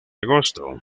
agosto